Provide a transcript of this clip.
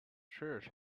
church